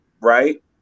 right